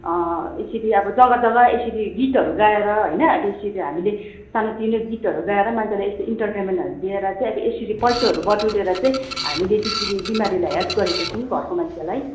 यसरी अब जग्गा जग्गा यसरी गीतहरू गाएर हैन अब यसरी हामीले सानोतिनो गीतहरू गाएर मान्छेलाई यस्तो इन्टर्टेन्मेन्टहरू दिएर चाहिँ अब यसरी पैसा बटुलेर चाहिँ हामीले त्यसरी बिमारीलाई हेल्प गरेको छौँ घरको मान्छेलाई